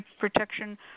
protection